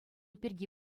пирки